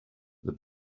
the